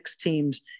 teams